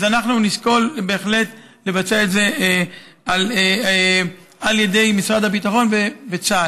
אז אנחנו נשקול בהחלט לבצע את זה על ידי משרד הביטחון וצה"ל.